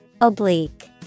Oblique